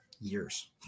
years